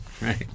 Right